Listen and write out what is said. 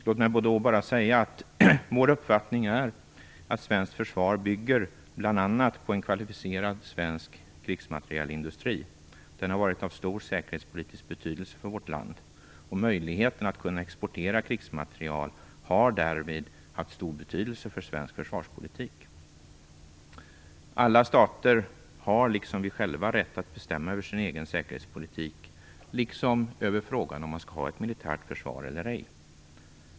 Låt mig då bara säga att vår uppfattning är att svenskt försvar bygger på bl.a. en kvalificerad svensk krigsmaterielindustri. Den har varit av stor säkerhetspolitisk betydelse för vårt land. Möjligheten att exportera krigsmateriel har därvid haft stor betydelse för svensk försvarspolitik. Alla stater har, precis som vi själva, rätt att bestämma över sin egen säkerhetspolitik, liksom i frågan, om man ska ha ett militärt försvar eller ej.